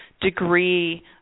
degree